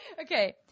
Okay